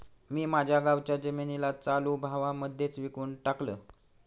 मी माझ्या गावाच्या जमिनीला चालू भावा मध्येच विकून टाकलं